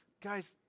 guys